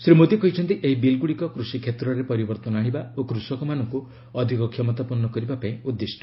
ଶ୍ରୀ ମୋଦୀ କହିଚ୍ଚନ୍ତି ଏହି ବିଲ୍ଗୁଡ଼ିକ କୃଷି କ୍ଷେତ୍ରରେ ପରିବର୍ତ୍ତନ ଆଣିବା ଓ କୃଷକମାନଙ୍କୁ ଅଧିକ କ୍ଷମତାପନ୍ନ କରିବା ପାଇଁ ଉଦ୍ଦିଷ୍ଟ